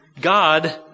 God